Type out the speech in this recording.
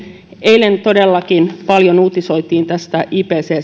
eilen todellakin paljon uutisoitiin tästä ipccn